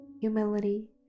humility